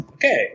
Okay